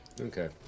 Okay